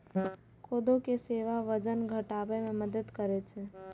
कोदो के सेवन वजन घटाबै मे मदति करै छै